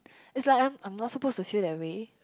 it's like I'm I'm not supposed to feel that way